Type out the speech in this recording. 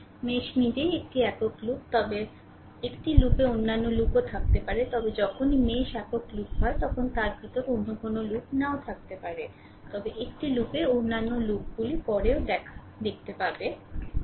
mesh নিজেই একটি একক লুপ তবে একটি লুপে অন্যান্য লুপও থাকতে পারে তবে যখনই মেশ একক লুপ হয় তখন তার ভিতরে অন্য কোনও লুপ নাও থাকতে পারে তবে একটি লুপে অন্যান্য লুপগুলি পরেও দেখতে পাবে যে